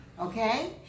okay